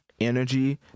energy